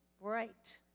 Right